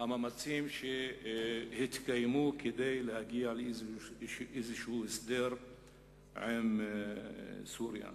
המאמצים שהתקיימו כדי להגיע לאיזה הסדר עם סוריה.